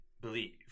believe